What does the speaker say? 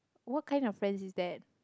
what kind of friends is that